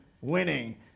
winning